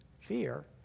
Fear